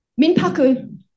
Minpaku